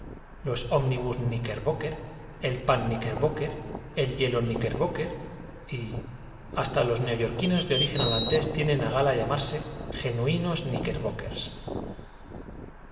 los ómnibus kníckerbocker el pan kníckerbocker el hielo kníckerbocker y hasta los neoyorquinos de origen holandés tienen a gala llamarse genuinos